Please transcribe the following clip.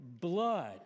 blood